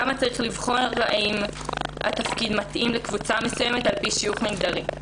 למה צריך לבחון אם התפקיד מתאים לקבוצה מסוימת על פי שיוך מגדרי?